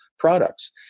products